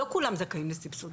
לא כולם זכאים לסבסוד,